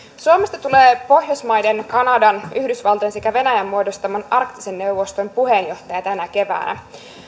suomesta tulee pohjoismaiden kanadan yhdysvaltojen sekä venäjän muodostaman arktisen neuvoston puheenjohtaja tänä keväänä